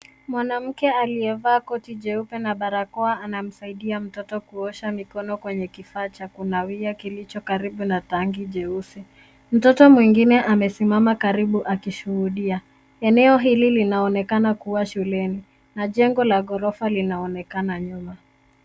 Mwanamke aliyevaa koti jeupe na barakoa anamsaidia kuosha mikono kwenye kifaa cha kunawia kilicho karibu na tangi jeusi. Mtoto mwingine amesimama karibu akishuhudia. Eneo hili linaonekana kuwa shuleni na jengo la ghorofa linaonekana nyuma.